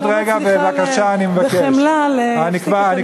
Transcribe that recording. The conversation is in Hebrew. אני לא מצליחה בחמלה להפסיק, עוד רגע, בבקשה.